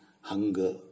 hunger